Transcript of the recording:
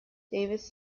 perkins